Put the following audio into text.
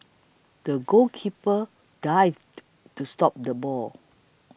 the goalkeeper dived to stop the ball